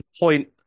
point